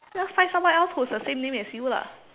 just find someone else who has the same name as you lah